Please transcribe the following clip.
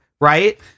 right